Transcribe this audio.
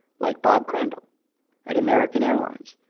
like bob crandall at american airlines,